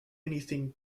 anything